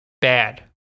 Bad